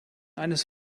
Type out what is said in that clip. eines